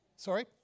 Sorry